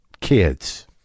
kids